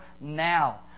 now